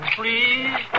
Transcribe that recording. please